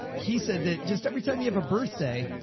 he said that just every time you have a birthday,